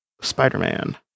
Spider-Man